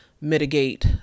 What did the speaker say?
mitigate